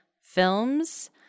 films